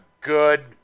good